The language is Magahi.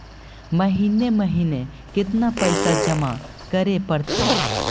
महिने महिने केतना पैसा जमा करे पड़तै?